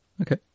okay